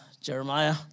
Jeremiah